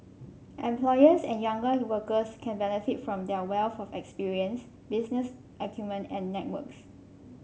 employers and younger workers can benefit from their wealth of experience business acumen and networks